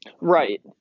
Right